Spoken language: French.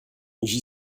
j’y